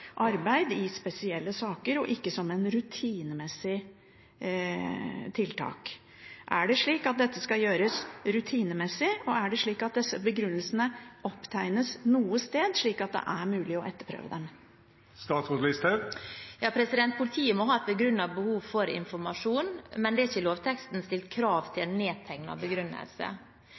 arbeid i spesielle saker – ikke som et rutinemessig tiltak. Skal dette gjøres rutinemessig, og nedtegnes disse begrunnelsene noe sted, slik at det er mulig å etterprøve dem? Politiet må ha et begrunnet behov for informasjon, men det er i lovteksten ikke stilt krav til en nedtegnet begrunnelse.